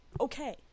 okay